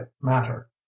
matter